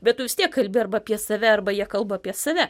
bet tu vis tiek kalbi arba apie save arba jie kalba apie save